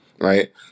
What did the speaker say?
right